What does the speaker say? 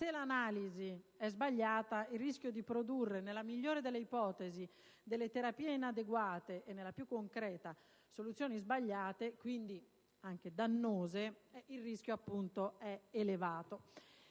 se l'analisi è sbagliata il rischio di produrre, nella migliore delle ipotesi, delle terapie inadeguate e, nella più concreta, delle soluzioni sbagliate - quindi anche dannose - è elevato.